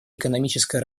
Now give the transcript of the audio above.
экономическое